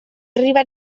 arribat